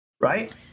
Right